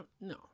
no